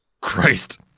Christ